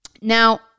Now